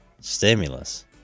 stimulus